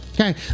okay